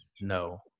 no